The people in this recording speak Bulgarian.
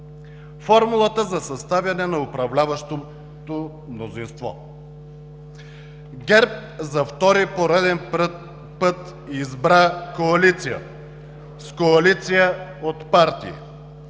формулата за съставянето на управляващото мнозинство. ГЕРБ за втори пореден път избра коалицията – с коалиция от партии.